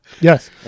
yes